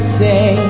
say